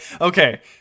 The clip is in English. okay